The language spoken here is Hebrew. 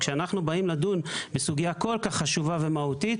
כשאנחנו באים לדון בסוגיה כל כך חשובה ומהותית,